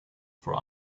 for